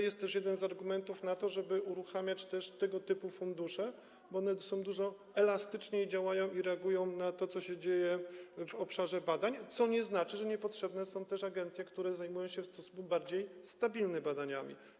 Jest to też jeden z argumentów za tym, żeby uruchamiać też tego typu fundusze, bo one dużo elastyczniej działają i reagują na to, co się dzieje w obszarze badań, co nie oznacza, że nie są też potrzebne agencje, które zajmują się w sposób bardziej stabilny badaniami.